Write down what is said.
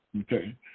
Okay